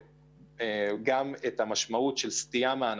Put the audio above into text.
את המשמעות של סטייה מההנחות,